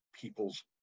People's